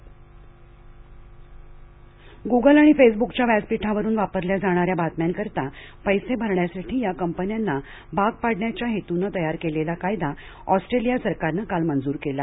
Australia Google Google आणि फेसबुकच्या व्यासपीठावरून वापरल्या जाणाऱ्या बातम्यांकरिता पैसे भरण्यासाठी या कंपन्यांना भाग पाडण्याच्या हेतूनं तयार केलेला कायदा ऑस्ट्रेलिया सरकारनं काल मंजूर केला